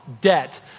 debt